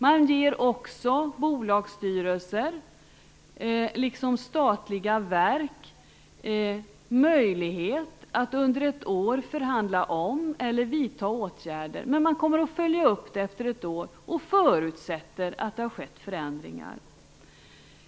Man ger bolagsstyrelser och statliga verk möjlighet att under ett år förhandla om eller vidta åtgärder, men efter ett år kommer man att följa upp det här och förutsätter att det då har skett förändringar.